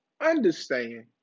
understand